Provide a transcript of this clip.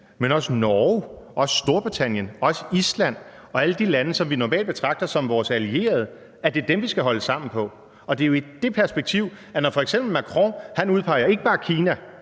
men også Norge, også Storbritannien, også Island og alle de lande, som vi normalt betragter som vores allierede. Det er dem, vi skal holde sammen på. Det er jo i det perspektiv, at det, når f.eks. Macron udpeger ikke bare Kina,